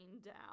down